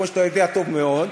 כמו שאתה יודע טוב מאוד,